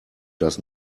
does